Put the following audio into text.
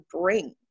bring